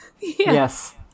Yes